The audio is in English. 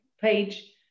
page